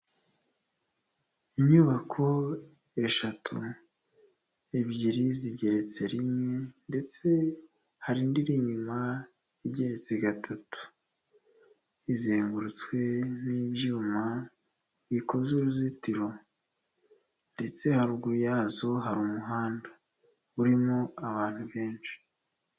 Inyubako eshatu, ebyiri zigeretse rimwe ndetse hari indi iri inyuma igeretse gatatu, izengurutswe n'ibyuma bikoze uruzitiro, ndetse haruguru yazo hari umuhanda urimo abantu benshi.